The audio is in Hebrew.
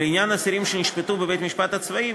לעניין אסירים שנשפטו בבית-משפט צבאי,